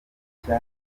nshya